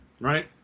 right